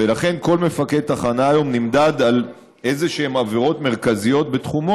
ולכן כל מפקד תחנה היום נמדד על איזשהן עבירות מרכזיות בתחומו,